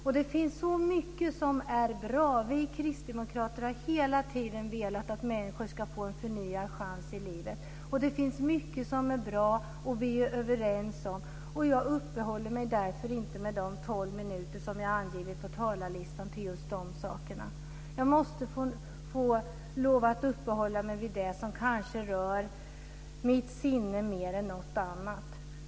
Och det finns så mycket som är bra. Vi kristdemokrater har hela tiden velat att människor ska få en förnyad chans i livet. Och det finns mycket som är bra som vi är överens om. Och jag ska därför inte i mitt anförande uppehålla mig vid just dessa saker. Jag ska uppehålla mig vid det som kanske rör mitt sinne mer än något annat.